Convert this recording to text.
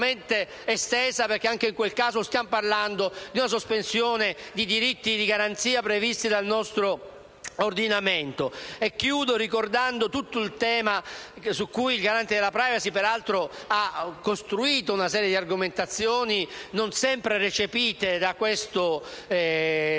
perché anche in questo caso stiamo parlando di una sospensione di diritti di garanzia previsti dal nostro ordinamento. Chiudo ricordando il tema, su cui peraltro il Garante della *privacy* ha costruito una serie di argomentazioni non sempre recepite da questo